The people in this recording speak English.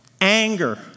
anger